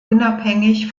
unabhängig